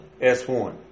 S1